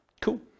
Cool